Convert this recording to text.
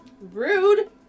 Rude